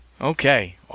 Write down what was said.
Okay